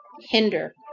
hinder